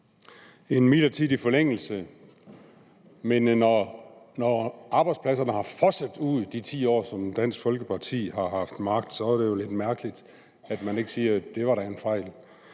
bliver der sagt, men når arbejdspladserne er fosset ud af landet i de 10 år, som Dansk Folkeparti har haft magt, er det jo lidt mærkeligt, at man ikke siger, at det da var en fejl.